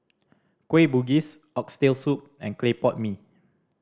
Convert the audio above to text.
Kueh Bugis Oxtail Soup and clay pot mee